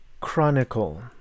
Chronicle